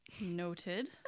Noted